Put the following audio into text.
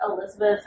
Elizabeth